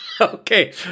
Okay